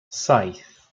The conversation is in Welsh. saith